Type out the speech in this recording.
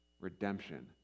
redemption